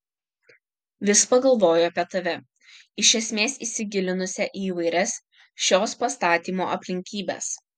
vis pagalvoju apie tave iš esmės įsigilinusią į įvairias šios pastatymo aplinkybes